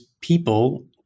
people